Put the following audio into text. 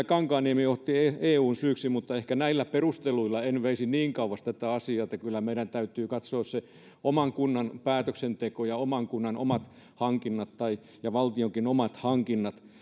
kankaanniemi otti eun syyksi mutta ehkä näillä perusteluilla en veisi niin kauas tätä asiaa kyllä meidän täytyy katsoa se oman kunnan päätöksenteko ja oman kunnan omat hankinnat ja valtionkin omat hankinnat